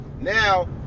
now